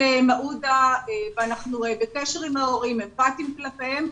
מעודה ואנחנו בקשר עם ההורים ואמפתיים כלפיהם.